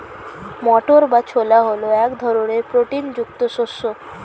মটর বা ছোলা হল এক ধরনের প্রোটিন যুক্ত শস্য